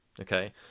Okay